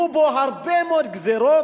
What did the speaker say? יהיו בו הרבה מאוד גזירות.